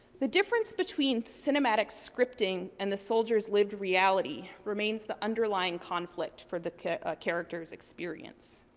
the difference between cinematic scripting and the soldier's lived reality remains the underlying conflict for the character's experience.